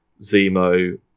Zemo